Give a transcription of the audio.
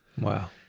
Wow